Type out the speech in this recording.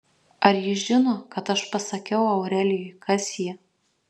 ar ji žino kad aš pasakiau aurelijui kas ji